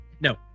No